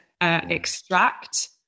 extract